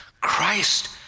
Christ